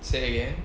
say again